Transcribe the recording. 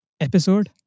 episode